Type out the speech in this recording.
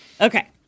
Okay